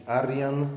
arian